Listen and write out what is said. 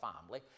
family